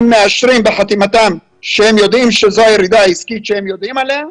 הם מאשרים בחתימתם שהם יודעים שזו הירידה העסקית שהם יודעים עליה,